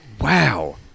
Wow